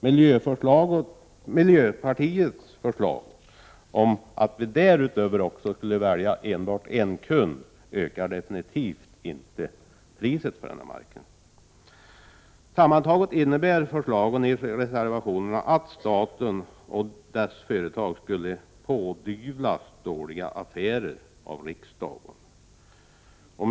Miljöpartiets förslag om att vi därutöver skall välja enbart en kund ökar absolut inte priset på marknaden. Sammantaget innebär förslagen i reservationerna att staten och dess företag skulle pådyvlas dåliga affärer av riksdagen. Herr talman!